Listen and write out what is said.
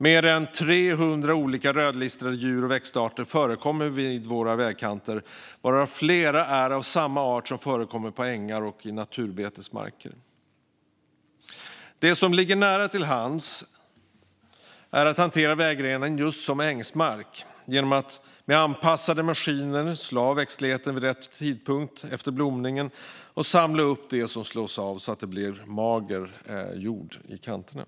Mer än 300 olika rödlistade djur och växtarter förekommer vid våra vägkanter, varav flera är av desamma som förekommer på ängar och naturbetesmarker. Det ligger nära till hands att hantera vägrenen just som ängsmark genom att med anpassade maskiner slå av växtligheten vid rätt tidpunkt efter blomningen och samla upp det som slås av så att det blir mager jord i kanterna.